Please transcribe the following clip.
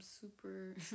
super